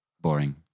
boring